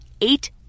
eight